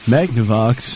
Magnavox